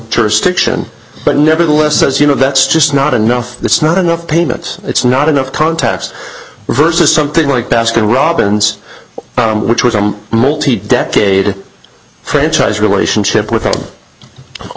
jurisdiction but nevertheless as you know that's just not enough it's not enough payments it's not enough contacts versus something like baskin robbins which was a multi decade franchise relationship with